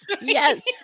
yes